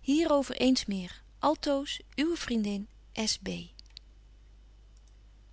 hierover eens meer altoos uwe vriendin